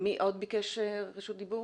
מי עוד ביקש רשות דיבור?